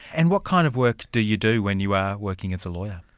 and what kind of work do you do when you are working as a lawyer?